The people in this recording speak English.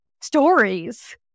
stories